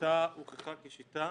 השיטה הוכחה כשיטה